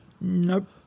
Nope